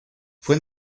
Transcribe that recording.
fue